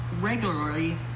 regularly